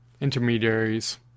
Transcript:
intermediaries